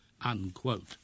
unquote